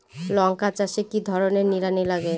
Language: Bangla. লঙ্কা চাষে কি ধরনের নিড়ানি লাগে?